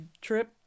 trip